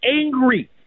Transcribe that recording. angry